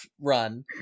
run